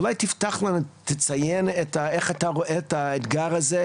אולי תפתח ותציין איך אתה רואה את האתגר הזה,